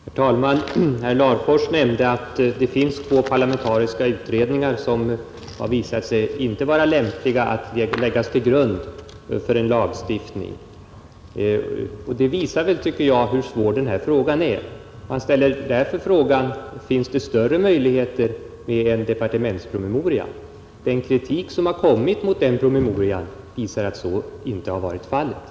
Herr talman! Herr Larfors nämnde att det finns två parlamentariska Nr 39 utredningar som har visat sig inte vara lämpliga att läggas till grund för en lagstiftning. Det belyser, tycker jag, hur svårt detta problem är. Man Onsdagen den Z IR a: / Re: = ställer därför frågan: Finns det större möjligheter med en departements JOAR app promemoria? Den kritik som har riktats mot promemorian visar att så Samhällets inte har varit fallet.